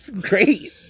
Great